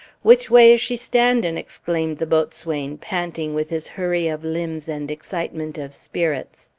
which way is she standin'? exclaimed the boat swain, panting with his hurry of limbs and excitement of spirits.